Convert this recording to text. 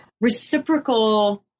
reciprocal